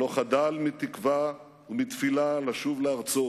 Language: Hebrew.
ולא חדל מתקווה ומתפילה לשוב לארצו